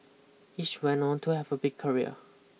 each went on to have a big career